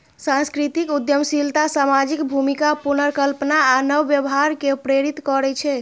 सांस्कृतिक उद्यमशीलता सामाजिक भूमिका पुनर्कल्पना आ नव व्यवहार कें प्रेरित करै छै